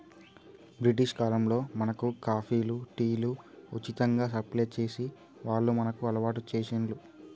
British కాలంలో మనకు కాఫీలు, టీలు ఉచితంగా సప్లై చేసి వాళ్లు మనకు అలవాటు చేశిండ్లు